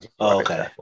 Okay